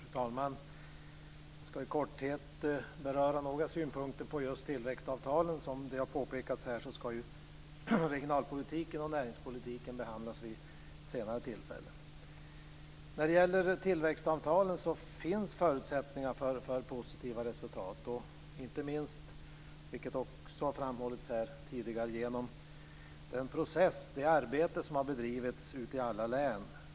Fru talman! Jag ska i korthet beröra några synpunkter på just tillväxtavtalen. Som det har påpekats ska regionalpolitiken och näringspolitiken behandlas vid ett senare tillfälle. När det gäller tillväxtavtalen finns förutsättningar för positiva resultat, inte minst, vilket också framhållits här tidigare, genom den process som pågår och det arbete som har bedrivits ute i alla län.